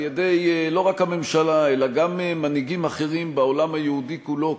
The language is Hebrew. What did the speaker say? לא רק על-ידי הממשלה אלא גם על-ידי מנהיגים אחרים בעולם היהודי כולו,